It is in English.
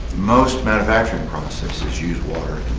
most manufacturing processes use water